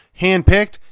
handpicked